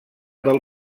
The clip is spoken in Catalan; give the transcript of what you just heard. del